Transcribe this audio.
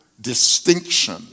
distinction